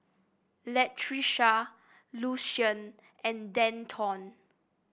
Latricia Lucien and Denton